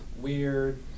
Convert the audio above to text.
weird